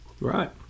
right